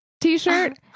t-shirt